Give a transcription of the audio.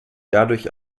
dadurch